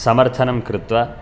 समर्थनं कृत्वा